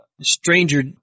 Stranger